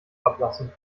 ablassen